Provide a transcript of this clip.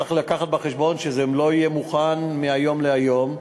צריך להביא בחשבון שזה לא יהיה מוכן מהיום להיום,